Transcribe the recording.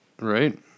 Right